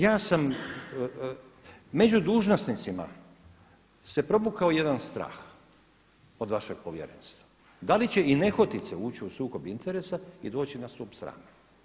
Ja sam, među dužnosnicima se provukao jedan strah od vašeg Povjerenstva da li će i nehotice ući u sukob interesa i doći na stup srama.